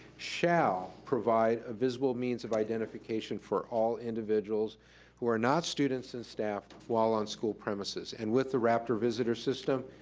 shall provide a visible means of identification for all individuals who are not students and staff while on school premises. and with the rapture visitor system,